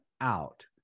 out